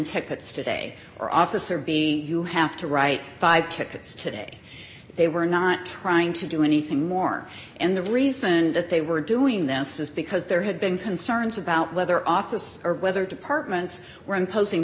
tickets today or officer b you have to write five tickets today they were not trying to do anything more and the reason that they were doing this is because there had been concerns about whether office or whether departments were imposing